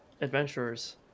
adventurers